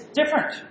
different